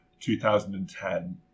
2010